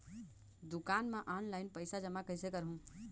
दुकान म ऑनलाइन पइसा जमा कइसे करहु?